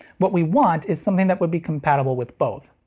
what we want is something that would be compatible with both.